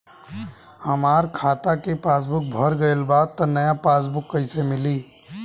हमार खाता के पासबूक भर गएल बा त नया पासबूक कइसे मिली?